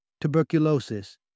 tuberculosis